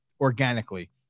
organically